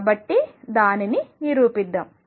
కాబట్టి దానిని నిరూపిద్దాం